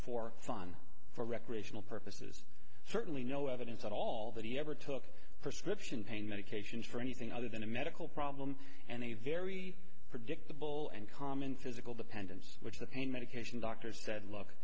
for fun for recreational purposes certainly no evidence at all that he ever took perception pain medications for anything other than a medical problem and a very predictable and common physical dependence which the pain medication doctor said l